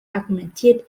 argumentiert